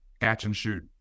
catch-and-shoot